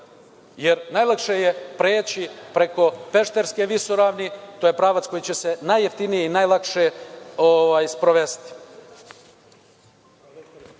jer najlakše je preći preko Pešterske visoravni, to je pravac koji će se najjeftinije i najlakše sprovesti.